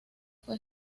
fue